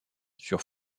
sur